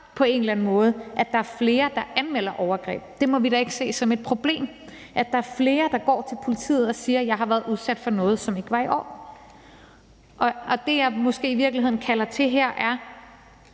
på en eller anden måde, at der er flere, der anmelder overgreb, det må vi da ikke se som et problem, altså at der er flere, der går til politiet og siger, de har været udsat for noget, som ikke var i orden. Det, jeg i virkeligheden appellerer til her, er,